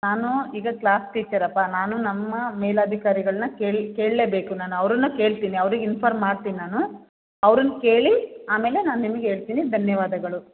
ನಾನು ಈಗ ಕ್ಲಾಸ್ ಟೀಚರಪ್ಪ ನಾನು ನಮ್ಮ ಮೇಲಾಧಿಕಾರಿಗಳನ್ನು ಕೇಳಿ ಕೇಳಲೇಬೇಕು ನಾನು ಅವ್ರನ್ನು ಕೇಳ್ತೀನಿ ಅವ್ರಿಗೆಗ್ ಇನ್ಫಾರ್ಮ್ ಮಾಡ್ತೀನಿ ನಾನು ಅವ್ರನ್ನು ಕೇಳಿ ಆಮೇಲೆ ನಾನು ನಿಮಗೆ ಹೇಳ್ತೀನಿ ಧನ್ಯವಾದಗಳು